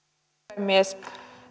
puhemies